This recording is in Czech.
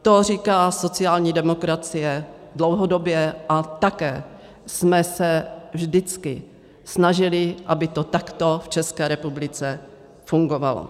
To říká sociální demokracie dlouhodobě a také jsme se vždycky snažili, aby to takto v České republice fungovalo.